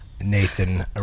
Nathan